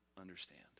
understand